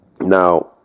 Now